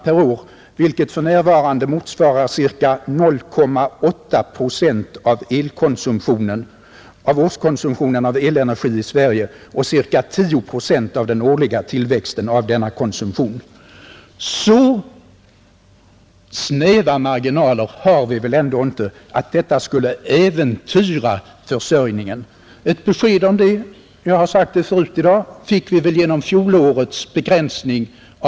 kilowattimmar) per år, vilket f.n. motsvarar ca 0,8 70 av årskonsumtionen av elenergi i Sverige och ca 10 6 av den årliga tillväxten av denna konsumtion”. Så snäva marginaler har vi väl ändå inte att detta skulle äventyra försörjningen! Ett besked om det — jag har sagt det tidigare i dag — fick vi genom fjolårets konsumtionsbegränsning.